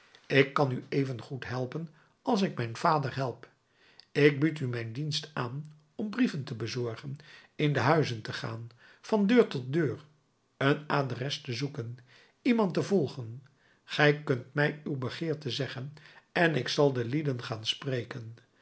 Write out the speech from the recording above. ik kan u evengoed helpen als ik mijn vader help ik bied u mijn dienst aan om brieven te bezorgen in de huizen te gaan van deur tot deur een adres te zoeken iemand te volgen gij kunt mij uw begeerte zeggen en ik zal de lieden gaan spreken